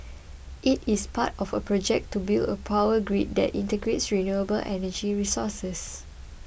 it is part of a project to build a power grid that integrates renewable energy resources